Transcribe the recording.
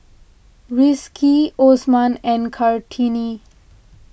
Rizqi Osman and Kartini